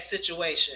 situation